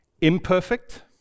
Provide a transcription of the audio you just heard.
imperfect